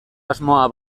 asmoa